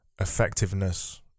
effectiveness